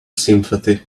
sympathy